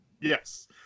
Yes